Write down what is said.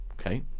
Okay